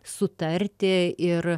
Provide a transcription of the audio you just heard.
sutarti ir